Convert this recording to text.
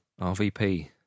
RVP